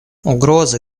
угрозы